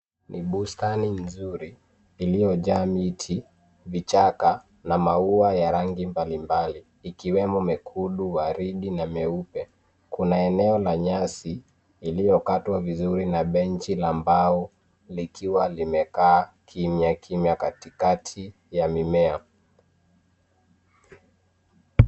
Ni bustani nzuri iliyojaa miti, vichaka na maua ya rangi mbalimbali ikiwemo mekundu waridi na meupe. Kuna eneo la nyasi iliyokatwa vizuri na benchi la mbao likiwa limekaa kimya kimya katikati ya mimea.